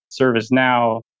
ServiceNow